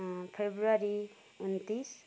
फब्रुअरी उनन्तिस